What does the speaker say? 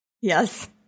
Yes